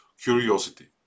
Curiosity